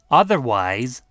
otherwise